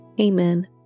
Amen